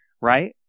right